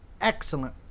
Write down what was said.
excellent